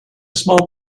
small